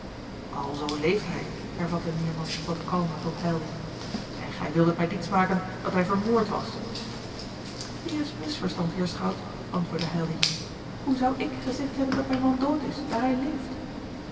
alzoo leeft hij hervatte meerman wat kalmer tot heilwich en gij wildet mij diets maken dat hij vermoord was hier is misverstand heer schout antwoordde heilwich hoe zou ik gezegd hebben dat mijn man dood is daar hij leeft